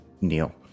Neil